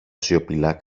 σιωπηλά